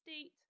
state